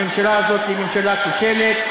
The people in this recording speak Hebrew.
הממשלה הזאת היא ממשלה כושלת,